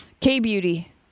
K-Beauty